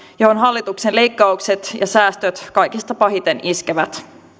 johon hallituksen leikkaukset ja säästöt kaikista pahiten iskevät